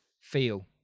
feel